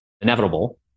inevitable